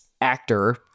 actor